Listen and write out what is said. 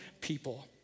people